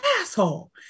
asshole